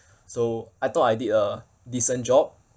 so I thought I did a decent job